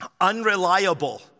unreliable